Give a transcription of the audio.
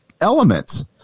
elements